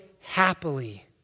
happily